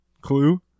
clue